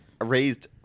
raised